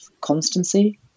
constancy